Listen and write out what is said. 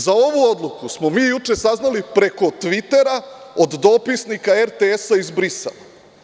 Za ovu odluku smo mi juče saznali preko „tvitera“ od dopisnika RTS iz Brisela.